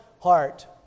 heart